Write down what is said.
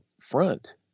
front